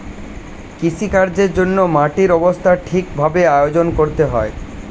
কৃষিকাজের জন্যে মাটির অবস্থা ঠিক ভাবে আয়োজন করতে হয়